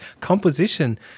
Composition